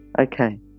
Okay